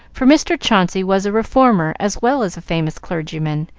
for mr. chauncey was a reformer as well as a famous clergyman,